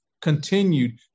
continued